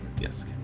yes